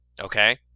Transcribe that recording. Okay